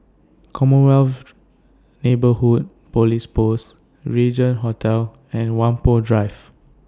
Commonwealth Neighbourhood Police Post Regin Hotel and Whampoa Drive